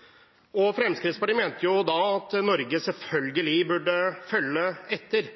og har fremmet forslag om dette til Riksdagen nå, hvis jeg har forstått korrekt. Fremskrittspartiet mente da at Norge selvfølgelig burde følge etter.